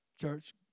church